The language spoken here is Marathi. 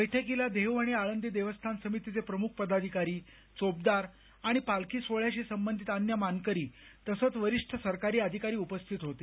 बैठकीला देहू आळंदी देवस्थान समितीचे प्रमुख पदाधिकारी चोपदार आणि पालखी सोहोळ्याशी संबंधित अन्य मानकरी तसंच वरिष्ठ सरकारी अधिकारी उपस्थित होते